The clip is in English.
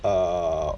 err